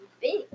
big